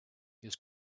his